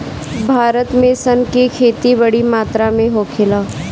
भारत में सन के खेती बड़ी मात्रा में होला